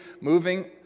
moving